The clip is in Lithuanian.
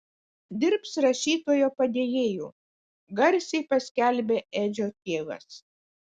dirbs rašytojo padėjėju garsiai paskelbė edžio tėvas